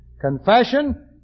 Confession